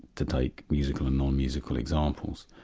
to take musical and non-musical examples.